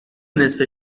نصفه